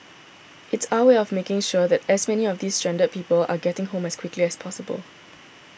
it's our way of making sure that as many of these stranded people are getting home as quickly as possible